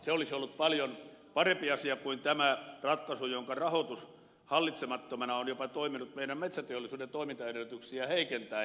se olisi ollut paljon parempi asia kuin tämä ratkaisu jonka rahoitus hallitsemattomana on jopa toiminut meidän metsäteollisuuden toimintaedellytyksiä heikentäen